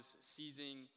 seizing